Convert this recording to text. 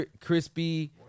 crispy